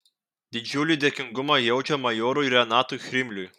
didžiulį dėkingumą jaučia majorui renatui chrimliui